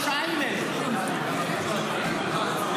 לא, לא.